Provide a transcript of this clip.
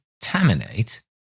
contaminate